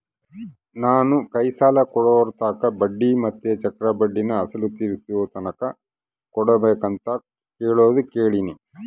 ನಾನು ಕೈ ಸಾಲ ಕೊಡೋರ್ತಾಕ ಬಡ್ಡಿ ಮತ್ತೆ ಚಕ್ರಬಡ್ಡಿನ ಅಸಲು ತೀರಿಸೋತಕನ ಕೊಡಬಕಂತ ಹೇಳೋದು ಕೇಳಿನಿ